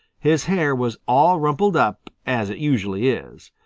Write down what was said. his hair was all rumpled up, as it usually is.